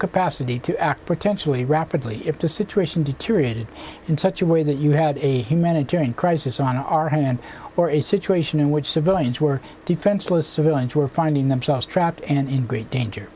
capacity to act potentially rapidly if the situation deteriorated in such a way that you had a humanitarian crisis on our hands or a situation in which civilians were defenseless civilians were finding themselves trapped and in great danger